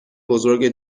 بزرگ